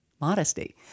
modesty